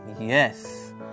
Yes